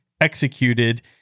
executed